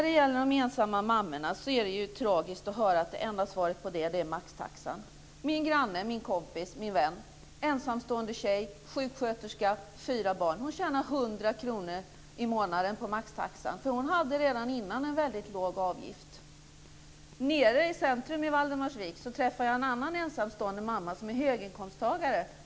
Det är tragiskt att höra att enda svaret när det gäller de ensamma mammorna är maxtaxan. Min granne och vän, ensamstående tjej, sjuksköterska, fyra barn, tjänar 100 kr i månaden på maxtaxan, för hon hade redan innan en väldigt låg avgift. Nere i centrum i Valdemarsvik träffade jag en annan ensamstående mamma som är höginkomsttagare.